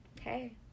hey